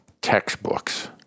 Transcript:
textbooks